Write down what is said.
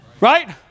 Right